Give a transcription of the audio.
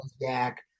Jack